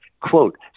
quote